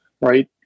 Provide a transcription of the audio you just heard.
right